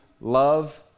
love